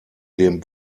dem